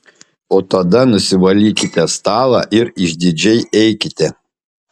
o tada nusivalykite stalą ir išdidžiai eikite